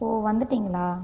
ஓ வந்துட்டீங்களா